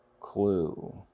clue